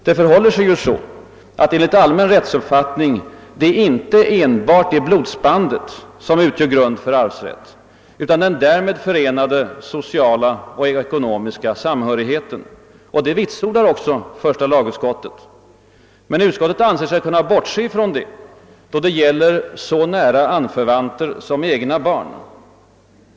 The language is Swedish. Det förhåller sig ju så, att enligt allmän rättsuppfattning utgör inte enbart blodsbandet grund för arvsrätt, utan det är även den därmed förenade sociala och ekonomiska samhörigheten. Detta vitsordar också första lagutskottet. Men utskottet anser sig kunna bortse från detta då det gäller så nära anförvanter som egna barn.